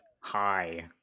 Hi